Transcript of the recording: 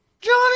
Johnny